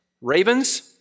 ravens